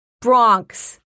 Bronx